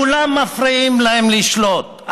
כולם מפריעים להם לשלוט.